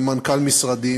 עם מנכ"ל משרדי,